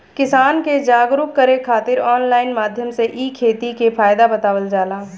किसान के जागरुक करे खातिर ऑनलाइन माध्यम से इ खेती के फायदा बतावल जाला